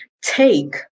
take